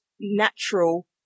natural